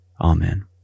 Amen